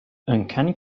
uncanny